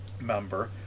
member